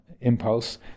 impulse